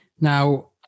Now